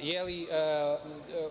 cenimo